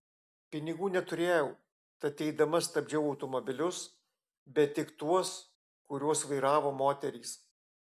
pinigų neturėjau tad eidama stabdžiau automobilius bet tik tuos kuriuos vairavo moterys